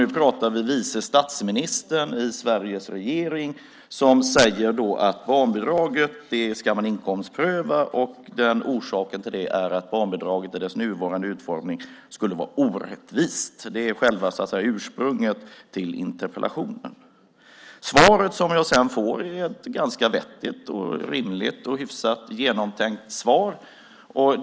Nu talar vi om vice statsministern i Sveriges regering som säger att man ska inkomstpröva barnbidraget. Orsaken till det är att barnbidraget i dess nuvarande utformning skulle vara orättvist. Det är själv ursprunget till interpellationen. Svaret som jag sedan får är ett ganska vettigt, rimligt och genomtänkt svar.